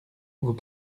vous